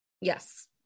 Yes